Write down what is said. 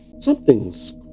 Something's